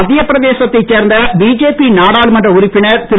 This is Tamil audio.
மத்தியப் பிரதேசத்தைச் சேர்ந்த பிஜேபி நாடாளுமன்ற உறுப்பினர் திரு